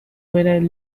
when